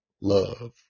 Love